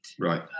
Right